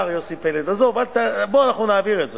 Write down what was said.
עזוב, בוא אנחנו נעביר את זה,